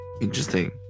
Interesting